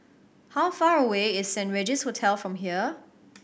how far away is Saint Regis Hotel from here